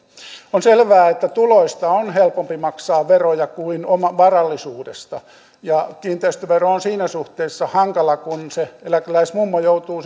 on selvää että tuloista on helpompi maksaa veroja kuin varallisuudesta ja kiinteistövero on siinä suhteessa hankala kun se eläkeläismummo joutuu